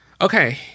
okay